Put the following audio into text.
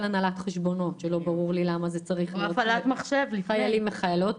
נושא הנהלת חשבונות שלא ברור לי למה --- חיילים וחיילות.